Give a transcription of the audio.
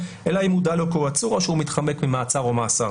אלא אם הודע לו כי הוא עצור או שהוא מתחמק ממעצר או מאסר.